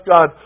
God